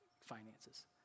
finances